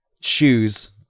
shoes